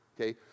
Okay